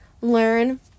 learn